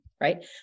right